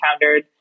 encountered